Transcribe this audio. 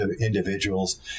individuals